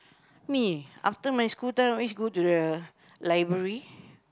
me after my school time I always go to the library